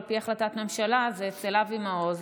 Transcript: על פי החלטת ממשלה זה אצל אבי מעוז,